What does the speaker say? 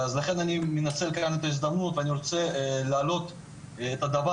לכן אני מנסה לקחת את ההזדמנות ואני רוצה להעלות את הדבר